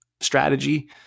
strategy